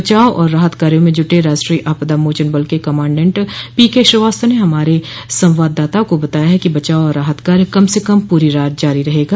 बचाव और राहत कार्यो में जुटे राष्ट्रीय आपदा मोचन बल के कमांडेंड पीकेश्रीवास्तव ने हमारे संवाददाता को बताया है कि बचाव और राहत कार्य कम से कम प्री रात जारी रहेगा